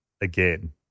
again